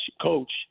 coach